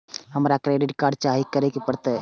हमरा credit card चाही की करे परतै?